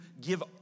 give